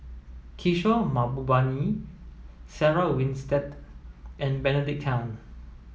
Kishore Mahbubani Sarah Winstedt and Benedict Tan